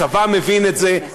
הצבא מבין את זה,